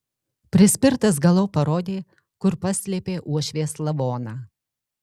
prispirtas galop parodė kur paslėpė uošvės lavoną